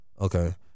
okay